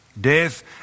Death